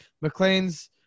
McLean's